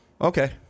Okay